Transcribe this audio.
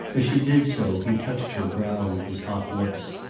as she did so he touched her brow with his hot lips,